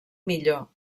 millor